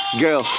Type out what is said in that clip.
girl